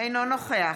אינו נוכח